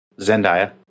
Zendaya